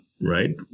right